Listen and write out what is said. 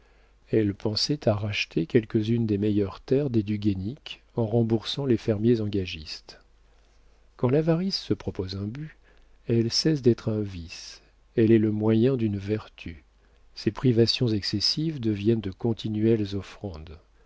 elle pensait à racheter quelques-unes des meilleures terres des du guénic en remboursant les fermiers engagistes quand l'avarice se propose un but elle cesse d'être un vice elle est le moyen d'une vertu ses privations excessives deviennent de continuelles offrandes